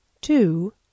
two